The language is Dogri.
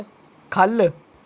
ख'ल्ल